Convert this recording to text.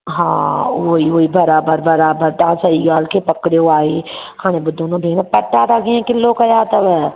हा उहोई उहोई बराबरि बराबरि तव्हां सही ॻाल्हि खे पकिड़ियो आहे हाणे ॿुधो न भेण पटाटा कीअं किलो कया अथव